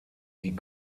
die